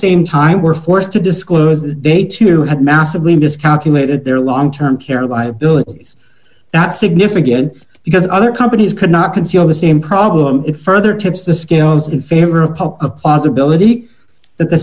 same time we're forced to disclose that they too have massively miscalculated their long term care of the abilities that's significant because other companies could not conceal the same problem it further tips the scales in favor of pulp of possibility that the